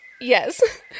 Yes